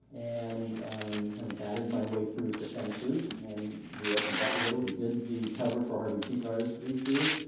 and kind of battered my way through his defenses. and he opened up a little. he did the cover for harvey pekar's issue.